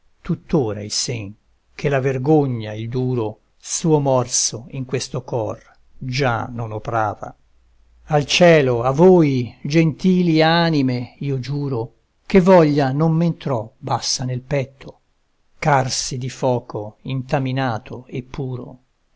tuttora il sen che la vergogna il duro suo morso in questo cor già non oprava al cielo a voi gentili anime io giuro che voglia non m'entrò bassa nel petto ch'arsi di foco intaminato e puro